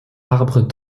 arbre